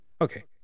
Okay